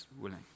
willing